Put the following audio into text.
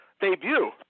debut